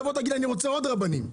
תגיד לי שאתה רוצה עוד רבנים.